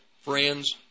friends